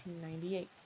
1898